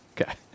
Okay